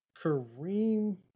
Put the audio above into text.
Kareem